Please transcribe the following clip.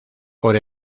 por